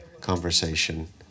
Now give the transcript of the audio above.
conversation